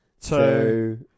two